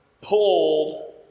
pulled